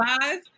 five